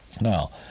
Now